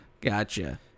Gotcha